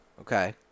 Okay